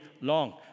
long